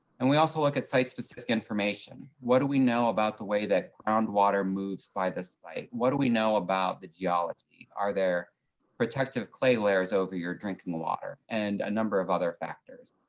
and we also look at site specific information. what do we know about the way that groundwater moves by the site? what do we know about the geology? are there protective clay layers over your drinking water? and a number of other factors.